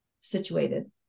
situated